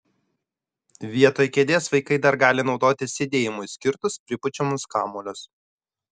vietoj kėdės vaikai dar gali naudoti sėdėjimui skirtus pripučiamus kamuolius